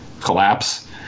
collapse